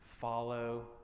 Follow